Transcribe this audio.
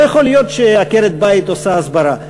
לא יכול להיות שעקרת-בית עושה הסברה.